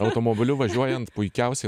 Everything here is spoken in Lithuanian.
automobiliu važiuojant puikiausiai